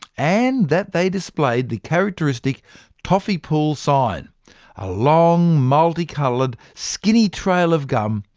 and that they displayed the characteristic taffy-pull sign a long multi-coloured skinny trail of gum,